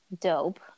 dope